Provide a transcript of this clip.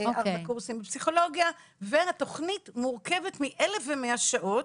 ארבעה קורסים בפסיכולוגיה והתוכנית מורכבת מ-1,100 שעות,